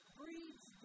breeds